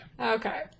Okay